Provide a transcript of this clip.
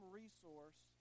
resource